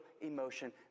emotion